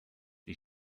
die